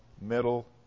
middle